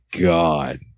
god